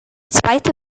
zweite